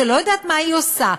שלא יודעת מה היא עושה,